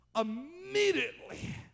immediately